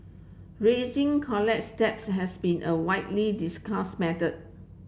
rising college debts has been a widely discussed matter